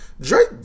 drake